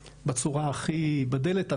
בצורה, בדלת הראשית,